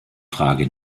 frage